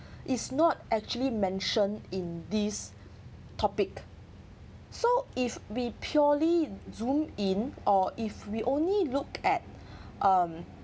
it's not actually mention in this topic so if be purely zoom in or if we only look at um